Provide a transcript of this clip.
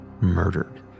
murdered